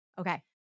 okay